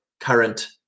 current